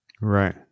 Right